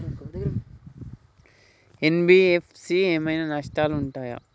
NBFC ఏమైనా నష్టాలు ఉంటయా?